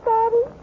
Daddy